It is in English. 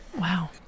Wow